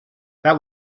that